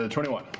ah twenty one.